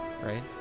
Right